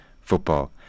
football